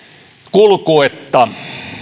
kulkuetta